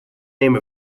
name